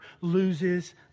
loses